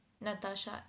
Natasha